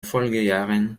folgejahren